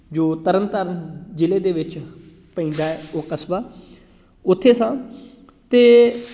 ਜੋ ਤਰਨ ਤਾਰਨ ਜ਼ਿਲ੍ਹੇ ਦੇ ਵਿੱਚ ਪੈਂਦਾ ਹੈ ਉਹ ਕਸਬਾ ਉੱਥੇ ਸਾਂ 'ਤੇ